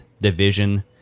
division